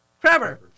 Crabber